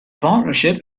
partnership